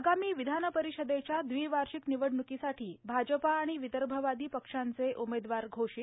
आगामी विधानपरिषदेच्या दविवार्षिक निवडणकीसाठी भाजपा आणि विदर्भवादी पक्षांचे उमेदवार घोषित